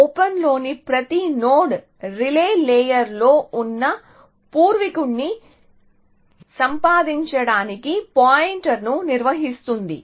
ఓపెన్లోని ప్రతి node relay లేయర్లో ఉన్న పూర్వీకుడిని సంపాదించడానికి పాయింటర్ను నిర్వహిస్తుంది